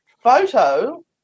photo